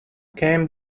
came